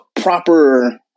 proper